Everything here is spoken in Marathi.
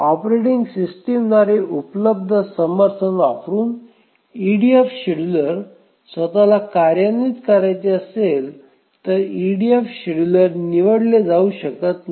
ऑपरेटिंग सिस्टमद्वारे उपलब्ध समर्थन वापरुन ईडीएफ शेड्युलर स्वत ला कार्यान्वित करायचे असेल तर ईडीएफ शेड्युलर निवडले जाऊ शकत नाही